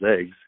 eggs